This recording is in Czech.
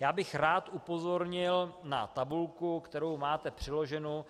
Rád bych upozornil na tabulku, kterou máte přiloženu.